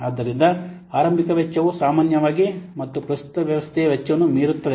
ಆದ್ದರಿಂದ ಆರಂಭಿಕ ವೆಚ್ಚವು ಸಾಮಾನ್ಯವಾಗಿ ಮತ್ತು ಪ್ರಸ್ತುತ ವ್ಯವಸ್ಥೆಯ ವೆಚ್ಚವನ್ನು ಮೀರುತ್ತದೆ